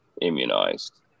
immunized